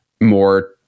more